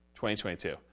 2022